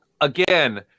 again